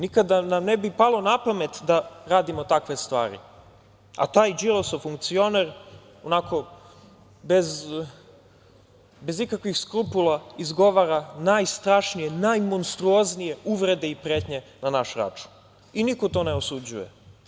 Nikada nam ne bi palo na pamet da radimo takve stvari, a taj Đilasov funkcioner, onako, bez ikakvih skrupula izgovara najstrašnije, najmonstruoznije uvrede i pretnje na naš račun i niko to ne osuđuje.